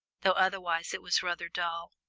though otherwise it was rather dull.